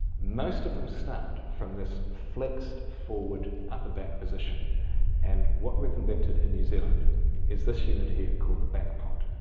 most of them start from this flexed forward upper back position and what we've invented in new zealand is this unit here called the backpod,